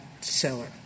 seller